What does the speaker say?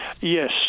Yes